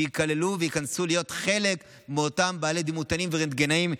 שייכללו וייכנסו להיות חלק מאותם דימותנים ורנטגנאים,